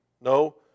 No